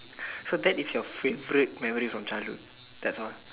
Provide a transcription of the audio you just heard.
so that is your favourite memories from childhood that's all